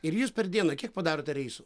ir jūs per dieną kiek padarote reisų